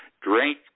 drink